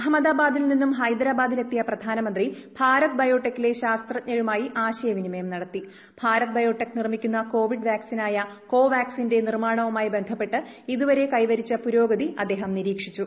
അഹമ്മദാബാദ്ചിൽ ്നിന്നും ഹൈദരാബാദിൽ എത്തിയ പ്രധാനമന്ത്രി ഭാരത് ബയ്ട്ടെട്ടെക്കിലെ ശാസ്ത്രജ്ഞരുമായി ആശയവിനിമയം നടത്തി ഭാ്രത് ബയോടെക്ക് നിർമ്മിക്കുന്ന കോവിഡ് വാക്സിനായ കോവാക്സിന്റെ നിർമ്മാണവുമായി ബന്ധപ്പെട്ട് ഇതുവരെ കൈവരിച്ച പുരോഗതി അദ്ദേഹം നിരീക്ഷിച്ചു